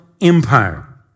empire